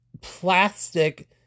plastic